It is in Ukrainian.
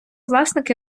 власник